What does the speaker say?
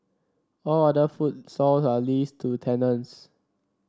all other food are leased to tenants